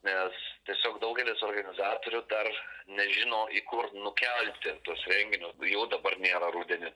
nes tiesiog daugelis organizatorių dar nežino į kur nukelti tuos renginius jau dabar nėra rudenį